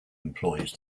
employs